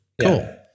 Cool